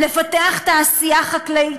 לפתח תעשייה חקלאית,